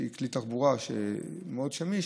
שהיא כלי תחבורה מאוד שמיש,